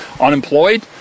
unemployed